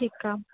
ठीकु आहे